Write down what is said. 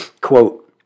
Quote